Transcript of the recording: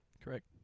Correct